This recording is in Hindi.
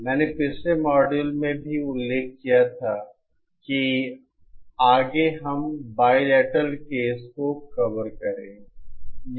मैंने पिछले मॉड्यूल में भी उल्लेख किया था कि आगे हम बाईलेटरल केस को कवर करेंगे